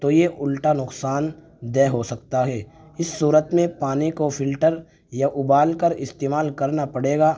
تو یہ الٹا نقصان دہ ہو سکتا ہے اس صورت میں پانی کو فلٹر یا ابال کر استعمال کرنا پڑے گا